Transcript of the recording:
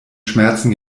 schmerzen